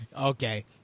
Okay